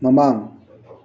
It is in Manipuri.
ꯃꯃꯥꯡ